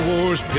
Wars